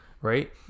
right